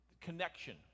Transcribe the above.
connection